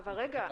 אבל רגע.